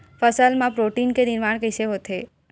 फसल मा प्रोटीन के निर्माण कइसे होथे?